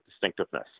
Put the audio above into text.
distinctiveness